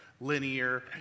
linear